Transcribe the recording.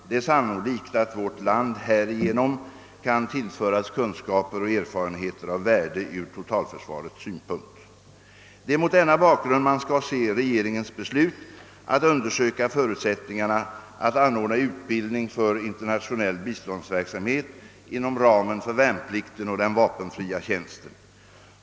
Det är sannolikt att vårt land härigenom kan tillföras kunskaper och erfarenheter av värde ur totalförsvarets synpunkt. Det är mot denna bakgrund man skall se regeringens beslut att undersöka förutsättningarna att anordna utbildning för internationell biståndsverksamhet inom ramen för värnplikten och den vapenfria tjänsten.